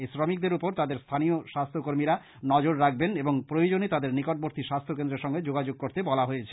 এই শ্রমিকদের ওপর তাঁদের স্থানীয় স্বাস্থ্যকর্মীরা নজর রাখবেন এবং প্রয়োজনে তাঁদের নিকটবর্তী স্বাস্থ্যকেন্দ্রের সঙ্গে যোগাযোগ করতে বলা হয়েছে